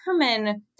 determine